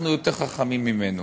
אנחנו יותר חכמים ממנו.